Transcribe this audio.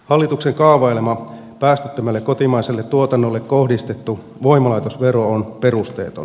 hallituksen kaavailema päästöttömälle kotimaiselle tuotannolle kohdistettu voimalaitosvero on perusteeton